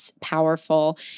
powerful